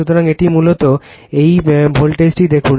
সুতরাং এটি মূলত এই ভোল্টেজটি দেখুন